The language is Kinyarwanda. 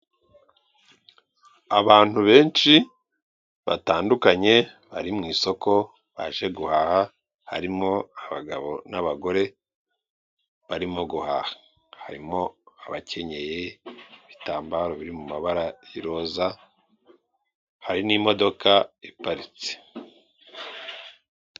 Abantu benshi batandukanye bari mu isoko, baje guhaha, harimo abagabo n'abagore, barimo guhaha, harimo abakenye ibitambaro biri mu mabara y'iroza, hari n'imodoka iparitse.